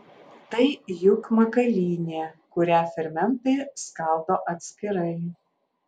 tai juk makalynė kurią fermentai skaldo atskirai